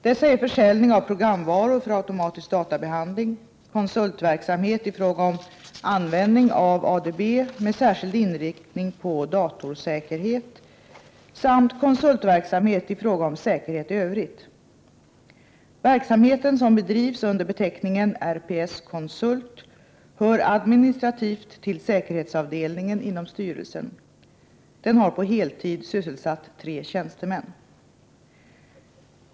Dessa är försäljning av programvaror för automatisk databehandling, konsultverksamhet i fråga om användning av ADB med särskild inriktning på datorsäkerhet samt konsultverksamhet i fråga om säkerhet i övrigt. Verksamheten, som bedrivs under beteckningen RPS-konsult, hör administrativt till säkerhetsavdelningen inom styrelsen. Den har på heltid sysselsatt tre tjänstemän.